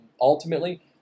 ultimately